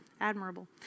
admirable